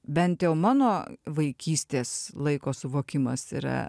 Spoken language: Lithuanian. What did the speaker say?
bent jau mano vaikystės laiko suvokimas yra